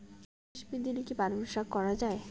গ্রীষ্মের দিনে কি পালন শাখ করা য়ায়?